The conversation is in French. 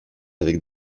avec